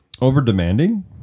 over-demanding